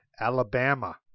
Alabama